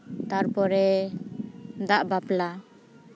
ᱛᱟᱨᱯᱚᱨᱮ ᱫᱟᱜ ᱵᱟᱯᱞᱟ